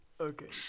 Okay